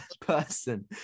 person